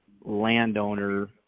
landowner